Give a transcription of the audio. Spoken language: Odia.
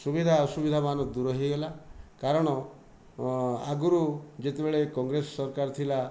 ସୁବିଧା ଅସୁବିଧା ମାନ ଦୂର ହୋଇଗଲା କାରଣ ଆଗରୁ ଯେତେବେଳେ କଂଗ୍ରେସ ସରକାର ଥିଲା